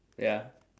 ya